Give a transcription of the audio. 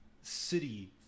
city